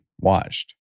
watched